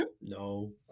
No